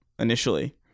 initially